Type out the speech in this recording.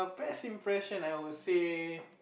best impression I would say